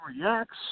reacts